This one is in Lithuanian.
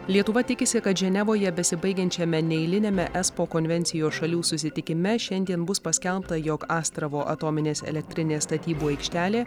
lietuva tikisi kad ženevoje besibaigiančiame neeiliniame espo konvencijos šalių susitikime šiandien bus paskelbta jog astravo atominės elektrinės statybų aikštelė